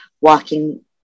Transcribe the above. walking